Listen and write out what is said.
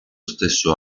stesso